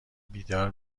بیدار